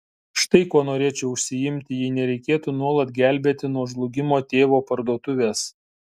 štai kuo norėčiau užsiimti jei nereikėtų nuolat gelbėti nuo žlugimo tėvo parduotuvės